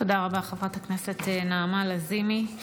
תודה רבה, חברת הכנסת נעמה לזימי.